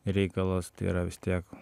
reikalas tai yra vis tiek